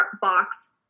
box